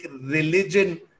religion